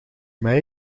mij